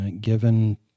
given